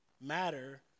matter